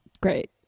Great